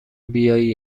بیایی